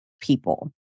people